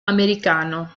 americano